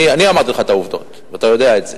אני אמרתי לך את העובדות, ואתה יודע את זה.